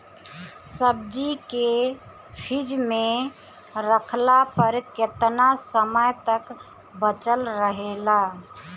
सब्जी के फिज में रखला पर केतना समय तक बचल रहेला?